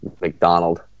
mcdonald